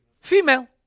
female